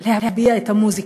להביע את המוזיקה.